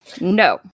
No